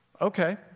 Okay